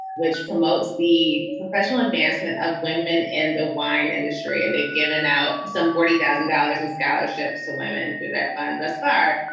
which promotes the professional advancement of women in the wine industry, and they've given out some forty thousand dollars in scholarships to women through that fund thus far.